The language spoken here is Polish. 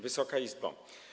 Wysoka Izbo!